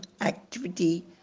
activity